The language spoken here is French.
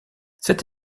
cette